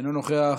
אינו נוכח.